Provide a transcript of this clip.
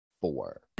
four